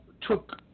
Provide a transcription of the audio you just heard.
took